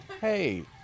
Hey